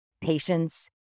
patience